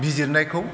बिजिरनायखौ